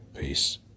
Peace